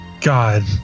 God